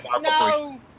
No